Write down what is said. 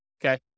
okay